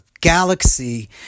galaxy